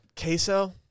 Queso